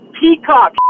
peacock